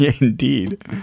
Indeed